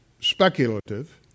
speculative